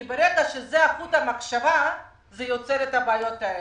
כי ברגע שזה חוט המחשבה זה יוצר את הבעיות האלו.